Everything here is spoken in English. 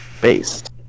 Based